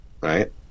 right